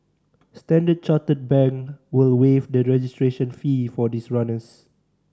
Standard Chartered Bank will waive the registration fee for these runners